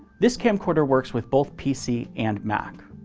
this camcorder works with both pc and mac.